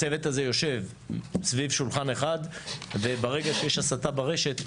הצוות הזה יושב סביב שולחן אחד וברגע שיש הסתה ברשת,